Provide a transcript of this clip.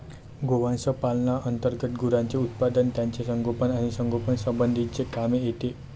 गोवंश पालना अंतर्गत गुरांचे उत्पादन, त्यांचे संगोपन आणि संगोपन यासंबंधीचे काम येते